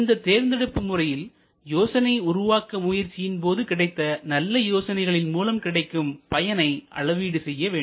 இந்த தேர்ந்தெடுப்பு முறையில் யோசனை உருவாக்க முயற்சியின்போது கிடைத்த நல்ல யோசனைகளின் மூலம் கிடைக்கும் பயனை அளவீடு செய்ய வேண்டும்